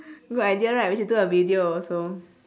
good idea right we should do a video also